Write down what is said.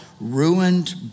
ruined